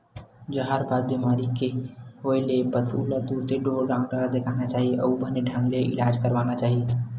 जहरबाद बेमारी के होय ले पसु ल तुरते ढ़ोर डॉक्टर ल देखाना चाही अउ बने ढंग ले इलाज करवाना चाही